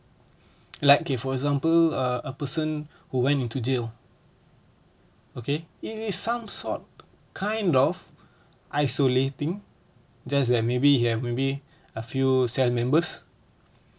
like okay for example uh a person who went into jail okay it is some sort kind of isolating just that maybe he have maybe a few cell members